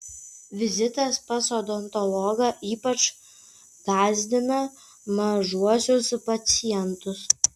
vizitas pas odontologą ypač gąsdina mažuosius pacientus